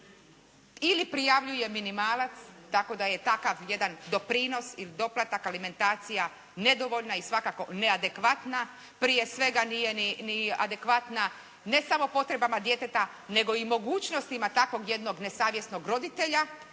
ili prijavljuje minimalac tako da je takav jedan doprinos ili doplatak, alimentacija nedovoljna i svakako neadekvatna. Prije svega nije ni adekvatna ne samo potrebama djeteta, nego i mogućnostima takvog jednog nesavjesnog roditelja